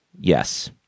Yes